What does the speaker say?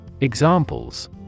Examples